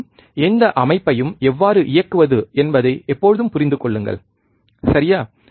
மீண்டும் எந்த அமைப்பையும் எவ்வாறு இயக்குவது என்பதை எப்போதும் புரிந்து கொள்ளுங்கள் சரியா